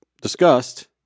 discussed